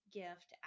gift